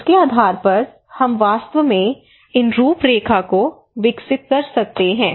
इसके आधार पर हम वास्तव में इन रूपरेखा को विकसित कर सकते हैं